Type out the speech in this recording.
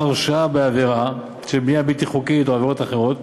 הרשעה בעבירה של בנייה בלתי חוקית או עבירות אחרות,